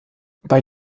bei